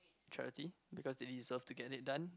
charity because they deserve to get it done